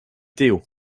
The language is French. théo